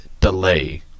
delay